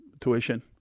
tuition